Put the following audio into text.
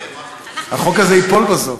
החוק הזה ייפול בסוף.